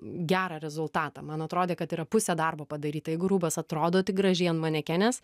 gerą rezultatą man atrodė kad yra pusė darbo adaryta jeigu rūbas atrodo tik gražiai ant manekenės